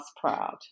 proud